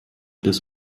des